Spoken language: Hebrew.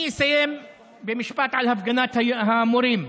אני אסיים במשפט על הפגנת המורים.